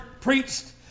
preached